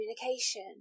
communication